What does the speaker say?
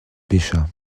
pêcha